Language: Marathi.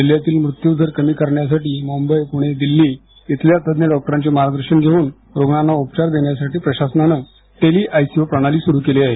जिल्ह्यातील मृत्यू दर कमी करण्यासाठी मुंबई पुणे दिल्ली इथल्या तज्ञ डॉक्टरांचे मार्गदर्शन घेवून रुग्णांना उपचार देण्यासाठी प्रशासनानं टेली आयसीय प्रणाली सुरु केली आहे